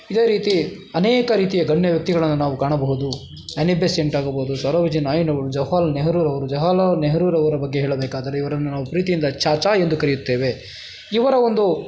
ಇದೇ ರೀತಿ ಅನೇಕ ರೀತಿಯ ಗಣ್ಯ ವೃಕ್ತಿಗಳನ್ನು ನಾವು ಕಾಣಬಹುದು ಅನಿಬೆಸೆಂಟ್ ಆಗಬಹುದು ಸರೋಜಿನಿ ನಾಯ್ಡುರವ್ರು ಜವ್ಹರಲಾಲ್ ನೆಹರೂರವರು ಜವ್ಹರಲಾಲ್ ನೆಹರೂರವರ ಬಗ್ಗೆ ಹೇಳಬೇಕಾದರೆ ಇವರನ್ನು ನಾವು ಪ್ರೀತಿಯಿಂದ ಚಾಚಾ ಎಂದು ಕರೆಯುತ್ತೇವೆ ಇವರ ಒಂದು